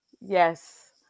yes